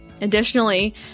Additionally